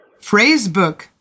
Phrasebook